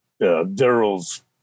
Daryl's